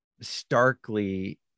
starkly